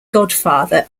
godfather